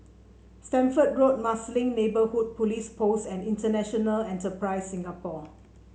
Stamford Road Marsiling Neighbourhood Police Post and International Enterprise Singapore